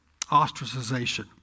Ostracization